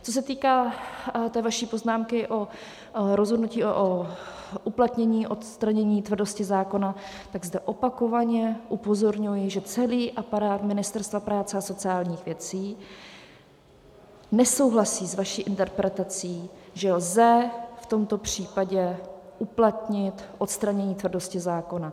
Co se týká vaší poznámky o rozhodnutí o uplatnění odstranění tvrdosti zákona, tak zde opakovaně upozorňuji, že celý aparát Ministerstva práce a sociálních věcí nesouhlasí s vaší interpretací, že lze v tomto případě uplatnit odstranění tvrdosti zákona.